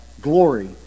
glory